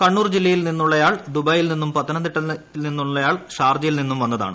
കണ്ണൂർ ജില്ലയിൽ നിന്നുള്ളയാൾ ദുബായിൽ നിന്നും പത്തനംതിട്ടയിൽ നിന്നുള്ളയാൾ ഷാർജയിൽ നിന്നും വന്നതാണ്